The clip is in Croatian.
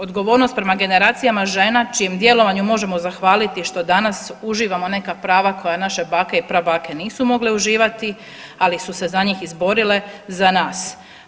Odgovornost prema generacijama žena čijem djelovanju možemo zahvaliti što danas uživamo neka prava koja naše bake i prabake nisu mogle uživati, ali su se za njih izborile za nas.